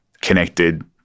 connected